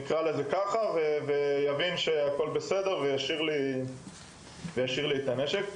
נקרא לזה כך ויאפשר לי להשאיר את הנשק אצלי.